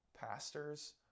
pastors